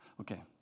Okay